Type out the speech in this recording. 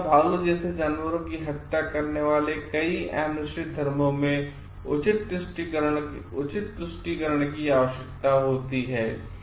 हिरण या भालू जैसे जानवरों की हत्या करने वाले कई एनिमिस्टिक धर्मों में उचित तुष्टिकरण की आवश्यकता होती है